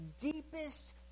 deepest